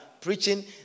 preaching